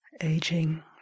Aging